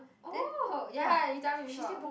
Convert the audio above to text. oh you tell me before